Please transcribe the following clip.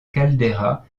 caldeira